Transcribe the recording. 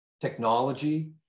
technology